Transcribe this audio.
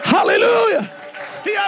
Hallelujah